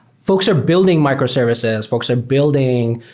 folks are building microservices. folks are building